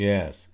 Yes